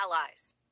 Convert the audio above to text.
allies